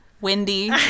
Windy